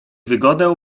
wygodę